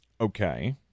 Okay